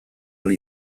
ahal